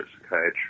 psychiatry